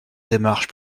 démarche